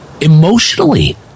Emotionally